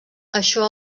això